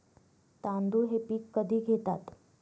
तांदूळ हे पीक कधी घेतात?